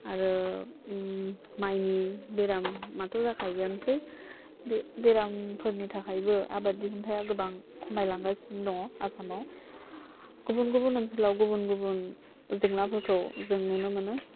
आरो माइनि बेरामाथ' जाखायोआनोसै बे बेरामफोरनि थाखायबो आबाद दिहुनथाया गोबां खमायलांगासिनो दङ आसामाव गुबुन गुबुन ओनसोलाव गुबुन गुबुन जेंनाफोरखौ जों नुनो मोनो